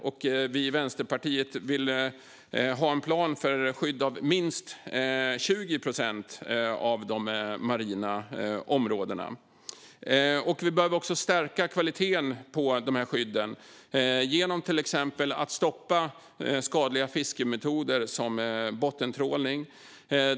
Vi i Vänsterpartiet vill ha en plan för skydd av minst 20 procent av de marina områdena. Vi behöver stärka kvaliteten på skydden genom att till exempel stoppa skadliga fiskemetoder som bottentrålning.